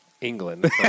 England